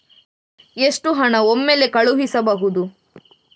ಎಷ್ಟು ಹಣ ಒಮ್ಮೆಲೇ ಕಳುಹಿಸಬಹುದು?